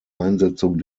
einsetzung